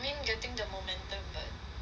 I mean getting the momentum but